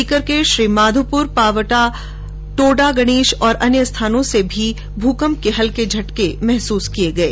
सीकर के श्रीमाघोपुर पावट टोडा गणेश और अन्य स्थानों पर भी भूकम्प के हल्के झटके महसूस किये गये